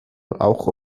auch